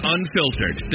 Unfiltered